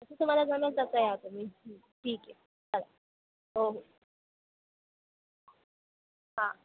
जसं तुम्हाला जमेल तसं या तुम्ही ठीक आहे चला हो हो हां